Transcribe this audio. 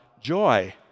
joy